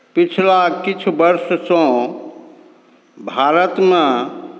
पिछला किछु वर्षसँ भारतमे